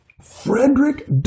Frederick